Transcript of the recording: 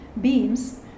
Beams